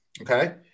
okay